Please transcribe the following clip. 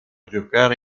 giocare